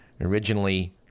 originally